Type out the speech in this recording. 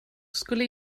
skulle